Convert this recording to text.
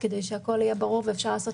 אבל כמו שאמרתי, באופן